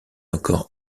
encore